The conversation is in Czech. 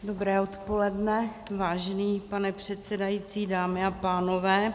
Dobré odpoledne, vážený pane předsedající, dámy a pánové.